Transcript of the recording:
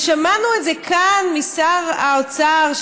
ושמענו את זה כאן משר האוצר,